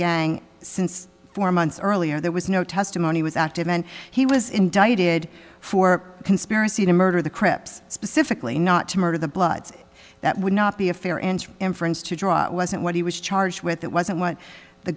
gang since four months earlier there was no testimony was active and he was indicted for conspiracy to murder the crips specifically not to murder the bloods that would not be a fair and inference to draw wasn't what he was charged with it wasn't what the